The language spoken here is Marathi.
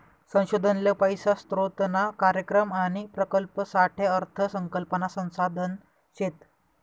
संशोधन ले पैसा स्रोतना कार्यक्रम आणि प्रकल्पसाठे अर्थ संकल्पना संसाधन शेत